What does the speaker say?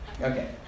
Okay